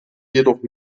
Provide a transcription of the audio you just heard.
jedoch